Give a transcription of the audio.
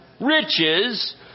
riches